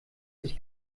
sich